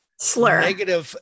Slur